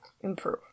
improve